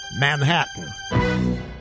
Manhattan